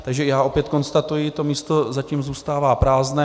Takže opět konstatuji, že místo zatím zůstává prázdné.